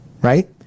right